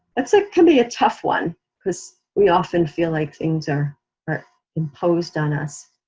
that's like can be a tough one because we often feel like things are are imposed on us.